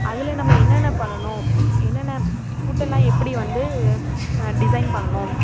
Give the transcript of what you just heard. அதில் நம்ம என்னென்ன பண்ணணும் என்னென்ன ஃபுட்டெல்லாம் எப்படி வந்து டிசைன் பண்ணணும்